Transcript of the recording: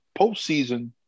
postseason